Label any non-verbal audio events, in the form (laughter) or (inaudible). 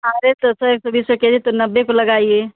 अरे तो (unintelligible) एक सौ बीस का के जी तो नब्बे का लगाइए